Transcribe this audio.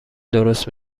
درست